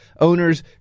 owners